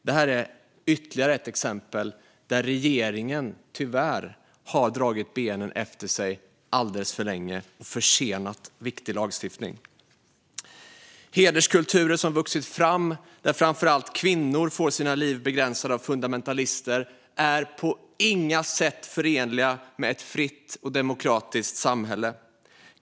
Det här är tyvärr ytterligare ett exempel på att regeringen dragit benen efter sig alldeles för länge och försenat viktig lagstiftning. De hederskulturer som har vuxit fram, och där framför allt kvinnor får sina liv begränsade av fundamentalister, är på inga sätt förenliga med ett fritt och demokratiskt samhälle.